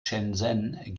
shenzhen